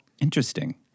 Interesting